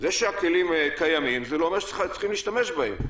זה שהכלים קיימים לא אומר שצריך להתחיל להשתמש בהם.